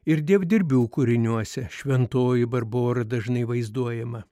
ir dievdirbių kūriniuose šventoji barbora dažnai vaizduojama